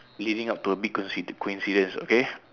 leading up to a big coinci~ coincidence okay